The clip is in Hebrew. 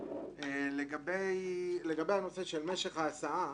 לגבי הנושא של משך ההסעה